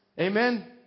amen